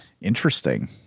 Interesting